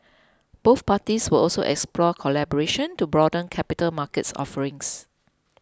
both parties will also explore collaboration to broaden capital market offerings